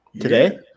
today